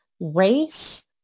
race